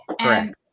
Correct